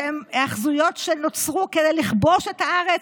שהן היאחזויות שנוצרו כדי לכבוש את הארץ,